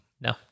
No